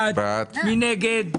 פינדרוס מייצג אתכם.